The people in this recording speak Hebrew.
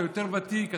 אתה יותר ותיק,